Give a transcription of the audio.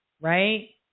Right